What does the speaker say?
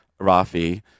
Rafi